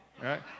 right